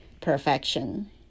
Perfection